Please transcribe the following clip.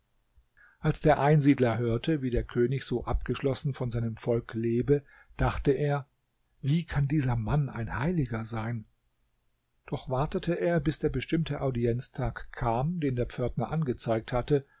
als der einsiedler hörte wie der könig so abgeschlossen von seinem volk lebe dachte er wie kann dieser mann ein heiliger sein doch wartete er bis der bestimmte audienztag kam den der pförtner angezeigt hatte